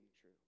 true